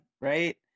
right